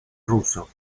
ruso